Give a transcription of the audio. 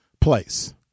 place